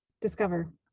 Discover